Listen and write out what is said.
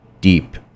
deep